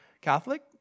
Catholic